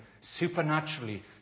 supernaturally